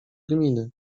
gminy